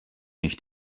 nicht